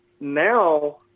now